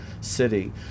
city